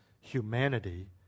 humanity